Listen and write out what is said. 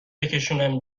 بکشونم